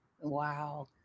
Wow